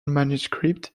manuscript